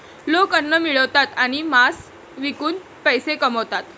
लोक अन्न मिळवतात आणि मांस विकून पैसे कमवतात